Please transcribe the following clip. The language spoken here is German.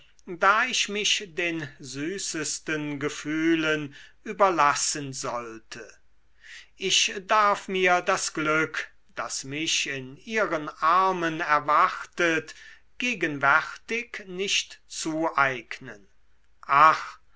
da ich mich den süßesten gefühlen überlassen sollte ich darf mir das glück das mich in ihren armen erwartet gegenwärtig nicht zueignen ach